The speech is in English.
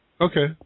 Okay